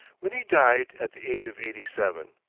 when he died at the age of eighty-seven.